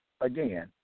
again